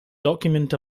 document